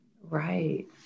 Right